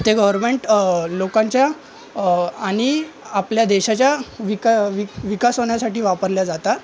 ते गवरमेंट लोकांच्या आणि आपल्या देशाच्या विका विकास होण्यासाठी वापरल्या जाता